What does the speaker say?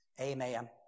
Amen